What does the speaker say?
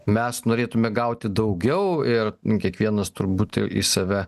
mes norėtume gauti daugiau ir kiekvienas turbūt ir į save